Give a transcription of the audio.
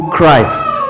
Christ